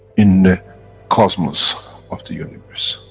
in the cosmos of the universe.